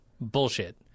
bullshit